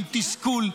עם תסכול,